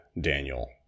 Daniel